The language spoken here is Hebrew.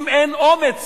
אם אין אומץ